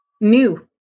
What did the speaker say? new